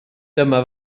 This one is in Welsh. dyma